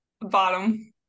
Bottom